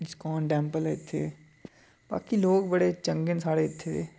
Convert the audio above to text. ISKCON temple ऐ इत्थे बाकी लोग बड़े चंगे न साढ़ै इत्थे दे